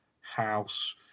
house